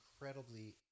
incredibly